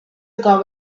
ago